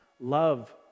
love